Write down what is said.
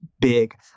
big